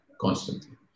constantly